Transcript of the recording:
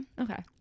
okay